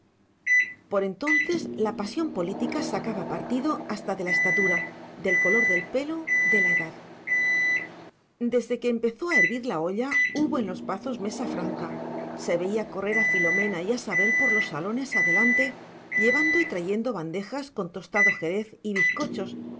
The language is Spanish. por entonces la pasión política sacaba partido hasta de la estatura del color del pelo de la edad desde que empezó a hervir la olla hubo en los pazos mesa franca se veía correr a filomena y a sabel por los salones adelante llevando y trayendo bandejas con tostado jerez y bizcochos